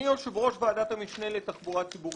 אני יושב-ראש ועדת המשנה לתחבורה ציבורית.